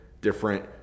different